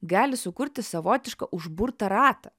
gali sukurti savotišką užburtą ratą